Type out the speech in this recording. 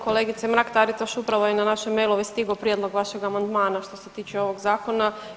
Kolegice Mrak Taritaš upravo je na naše mailove stigao prijedlog vašeg amandmana što se tiče ovog zakona.